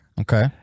Okay